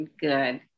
good